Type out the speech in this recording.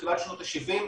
תחילת שנות ה-70,